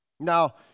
Now